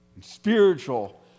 spiritual